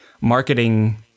marketing